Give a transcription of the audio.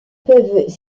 peuvent